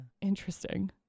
Interesting